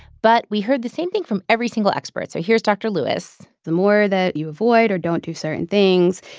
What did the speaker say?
but we heard the same thing from every single expert. so here's dr. lewis the more that you avoid or don't do certain things,